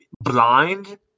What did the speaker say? blind